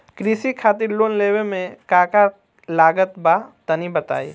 कृषि खातिर लोन लेवे मे का का लागत बा तनि बताईं?